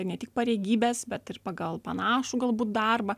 ne tik pareigybes bet ir pagal panašų galbūt darbą